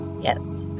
yes